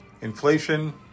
inflation